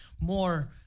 more